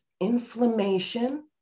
inflammation